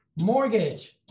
mortgage